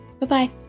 Bye-bye